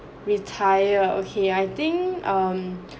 retire okay I think um